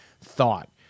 thought